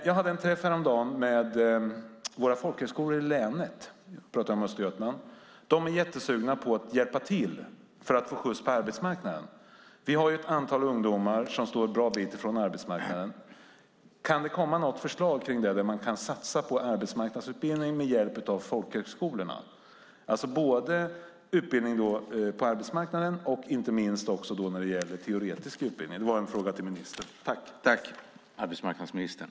Jag hade en träff häromdagen med våra folkhögskolor i länet, alltså i Östergötland. De är jättesugna på att hjälpa till för att få skjuts på arbetsmarknaden. Det finns ett antal ungdomar som står långt från arbetsmarknaden. Kan det komma något förslag om detta, där man kan satsa på arbetsmarknadsutbildning med hjälp av folkhögskolorna? Jag menar både utbildning på arbetsmarknaden och teoretisk utbildning.